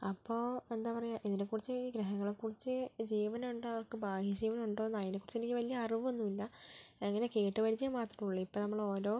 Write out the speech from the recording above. അപ്പോൾ എന്താ പറയുക ഇതിനെ കുറിച്ച് ഗ്രഹങ്ങളെ കുറിച്ച് ജീവനുണ്ടോ അവർക്ക് ബാഹ്യ ജീവൻ ഉണ്ടോ അതിനെ കുറിച്ചെനിക്ക് വലിയ അറിവ് ഒന്നുമില്ല ഇങ്ങനെ കേട്ട് പരിജയം മാത്രമേ ഉള്ളൂ ഇപ്പോൾ നമ്മൾ ഓരോ